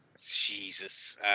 Jesus